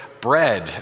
bread